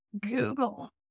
Google